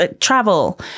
travel